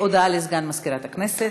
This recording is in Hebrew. הודעה לסגן מזכירת הכנסת.